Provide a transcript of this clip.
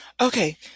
Okay